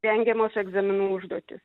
rengiamos egzaminų užduotys